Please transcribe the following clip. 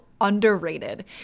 underrated